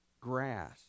Grass